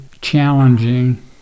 challenging